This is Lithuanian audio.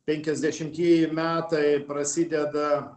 penkiasdešimtieji metai prasideda